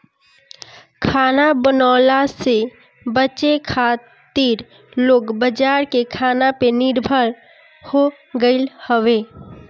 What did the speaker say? खाना बनवला से बचे खातिर लोग बाजार के खाना पे निर्भर हो गईल हवे